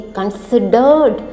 considered